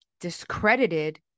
discredited